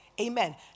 Amen